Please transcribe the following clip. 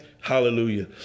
hallelujah